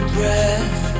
breath